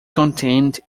contained